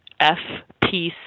fpc